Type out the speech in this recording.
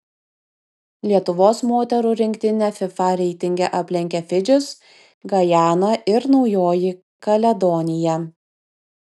lietuvos moterų rinktinę fifa reitinge aplenkė fidžis gajana ir naujoji kaledonija